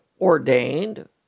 ordained